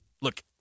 look